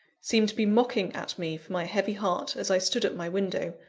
seemed to be mocking at me for my heavy heart, as i stood at my window,